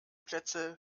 plätze